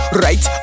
right